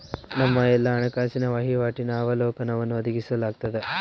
ನಮ್ಮ ಎಲ್ಲಾ ಹಣಕಾಸಿನ ವಹಿವಾಟಿನ ಅವಲೋಕನವನ್ನು ಒದಗಿಸಲಾಗ್ತದ